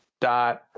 Dot